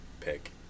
pick